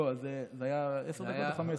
לא, זה היה עשר דקות או 15?